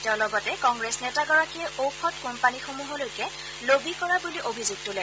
তেওঁ লগতে কংগ্ৰেছ নেতাগৰাকীয়ে ঔষধ কোম্পানীসমূহলৈকে লবি কৰা বুলি অভিযোগ তোলে